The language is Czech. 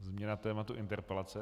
Změna tématu interpelace.